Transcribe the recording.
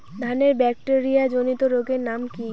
ধানের ব্যাকটেরিয়া জনিত রোগের নাম কি?